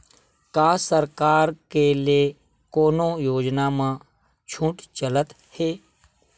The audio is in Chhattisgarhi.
का सरकार के ले कोनो योजना म छुट चलत हे?